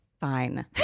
Fine